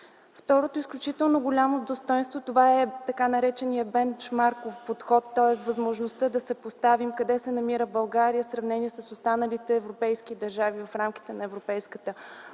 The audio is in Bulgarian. Второто изключително важно достойнство е така нареченият венчър марков подход, тоест възможността да съпоставим къде се намира България в сравнение с останалите европейски държави в рамките на Европейската общност,